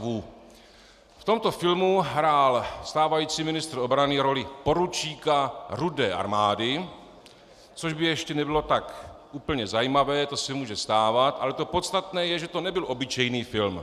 V tomto filmu hrál stávající ministr obrany roli poručíka Rudé armády, což by ještě nebylo tak úplně zajímavé, to se může stávat, ale to podstatné je, že to nebyl obyčejný film.